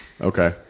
Okay